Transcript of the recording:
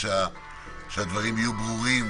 שהדברים יהיו ברורים,